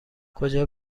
کجا